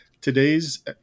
Today's